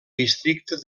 districte